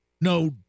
No